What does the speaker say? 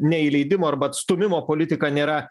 neįleidimo arba atstūmimo politika nėra